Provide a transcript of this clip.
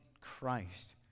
Christ